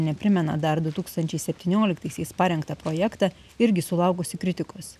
neprimena dar du tūkstančiai septynioliktaisiais parengtą projektą irgi sulaukusi kritikos